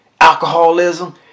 Alcoholism